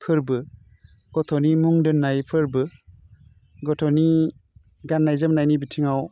फोरबो गथ'नि मुं दोन्नाय फोरबो गथ'नि गान्नाय जोमनायनि बिथिङाव